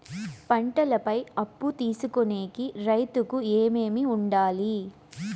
పంటల పై అప్పు తీసుకొనేకి రైతుకు ఏమేమి వుండాలి?